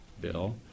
bill